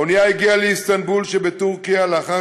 האונייה הגיעה לאיסטנבול שבטורקיה לאחר